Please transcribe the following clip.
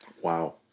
wow